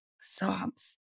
sobs